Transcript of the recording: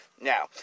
Now